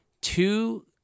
Two